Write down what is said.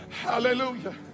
Hallelujah